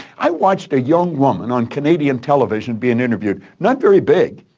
i watched a young woman, on canadian television, being interviewed, not very big,